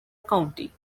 county